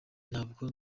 ntabwo